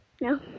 No